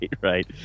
right